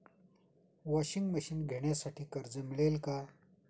Washing machine घेण्यासाठी कर्ज मिळेल का?